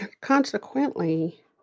consequently